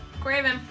Graven